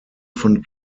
von